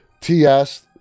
TS